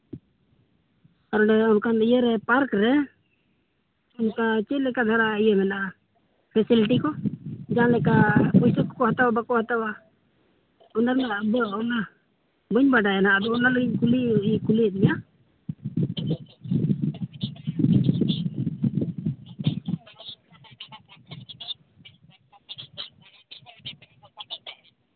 ᱟᱞᱮ ᱚᱱᱠᱟᱱ ᱤᱭᱟᱹ ᱨᱮ ᱯᱟᱨᱠ ᱨᱮ ᱚᱱᱠᱟ ᱪᱮᱫ ᱞᱮᱠᱟ ᱫᱷᱟᱨᱟ ᱤᱭᱟᱹ ᱢᱮᱱᱟᱜᱼᱟ ᱯᱷᱮᱥᱮᱞᱤ ᱠᱚ ᱡᱟᱦᱟᱸᱞᱮᱠᱟ ᱯᱩᱭᱥᱟᱹ ᱠᱚᱠᱚ ᱦᱟᱛᱟᱣᱟ ᱵᱟᱠᱚ ᱦᱟᱛᱟᱣᱟ ᱚᱱᱟ ᱨᱮᱱᱟᱜ ᱫᱚ ᱚᱱᱟ ᱵᱟᱹᱧ ᱵᱟᱰᱟᱭᱟ ᱦᱟᱸᱜ ᱟᱫᱚ ᱚᱱᱟ ᱞᱟᱹᱜᱤᱫ ᱤᱧ ᱠᱩᱞ ᱠᱩᱞᱤᱤᱭᱮᱫ ᱢᱮᱭᱟ